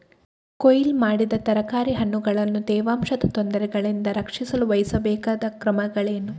ಕೊಯ್ಲು ಮಾಡಿದ ತರಕಾರಿ ಹಣ್ಣುಗಳನ್ನು ತೇವಾಂಶದ ತೊಂದರೆಯಿಂದ ರಕ್ಷಿಸಲು ವಹಿಸಬೇಕಾದ ಕ್ರಮಗಳೇನು?